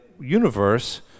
universe